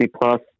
Plus